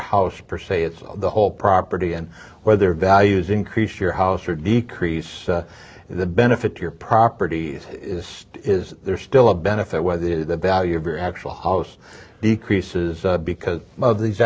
house per se it's the whole property and whether values increase your house or decrease that benefit your property is there still a benefit whether the value of your actual house decreases because of these